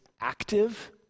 active